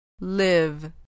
Live